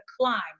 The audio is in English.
climb